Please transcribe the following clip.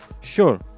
sure